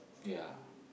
ya